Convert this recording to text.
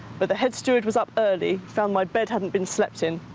but the head steward was up early, found my bed hadn't been slept in.